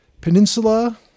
Peninsula